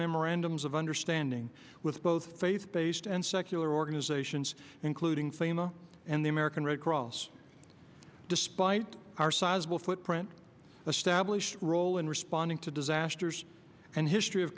memorandums of understanding with both faith based and secular organizations including cena and the american red cross despite our sizable footprint the stablish role in responding to disasters and history of